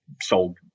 sold